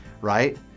right